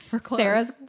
Sarah's